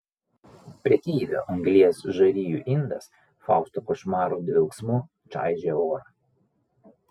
prekeivio anglies žarijų indas fausto košmaro dvelksmu čaižė orą